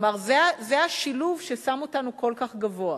כלומר, זה השילוב ששם אותנו כל כך גבוה.